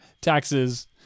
taxes